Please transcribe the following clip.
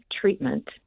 treatment